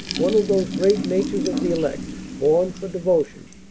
one of those great natures of the elect, born for devotion,